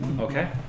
Okay